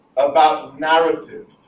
about narrative,